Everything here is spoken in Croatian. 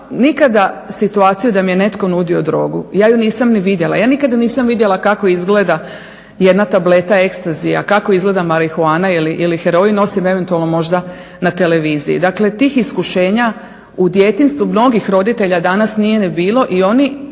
nikada situaciju da mi je netko nudio drogu. Ja ju nisam ni vidjela. Ja nikada nisam vidjela kako izgleda jedna tableta ecstasya, kako izgleda marihuana ili heroin osim eventualno možda na televiziji. Dakle, tih iskušenja u djetinjstvu mnogih roditelja danas nije ni bilo i oni